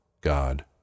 God